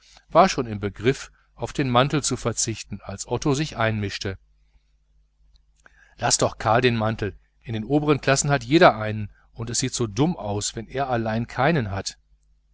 war schon im begriff auf den mantel zu verzichten als otto sich einmischte laß doch karl den mantel in den obern klassen hat doch jeder einen es sieht so dumm aus wenn er allein keinen hat